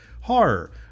horror